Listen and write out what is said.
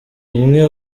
umwe